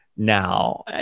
now